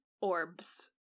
orbs